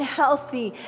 healthy